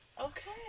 Okay